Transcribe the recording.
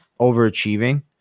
overachieving